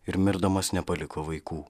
ir mirdamas nepaliko vaikų